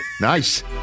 Nice